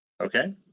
Okay